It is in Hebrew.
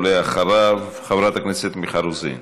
אחריו, חברת הכנסת מיכל רוזין.